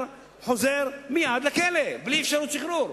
חוזר מייד לכלא בלי אפשרות שחרור.